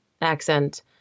accent